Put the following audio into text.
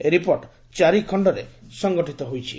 ଏହି ରିପୋର୍ଟ ଚାରି ଖଣ୍ଡରେ ସଂଗଠିତ ହୋଇଛି